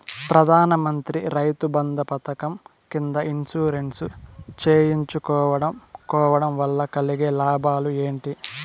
ప్రధాన మంత్రి రైతు బంధు పథకం కింద ఇన్సూరెన్సు చేయించుకోవడం కోవడం వల్ల కలిగే లాభాలు ఏంటి?